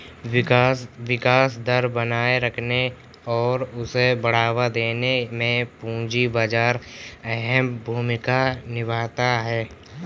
विकास दर बनाये रखने और उसे बढ़ावा देने में पूंजी बाजार अहम भूमिका निभाता है